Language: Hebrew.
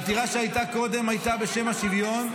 והעתירה שהייתה קודם הייתה בשם השוויון,